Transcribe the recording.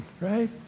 right